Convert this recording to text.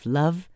love